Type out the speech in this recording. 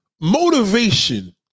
motivation